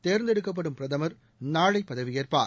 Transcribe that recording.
தேர்ந்தெடுக்கப்படும் பிரதமர் நாளை பதவியேற்பார்